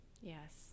Yes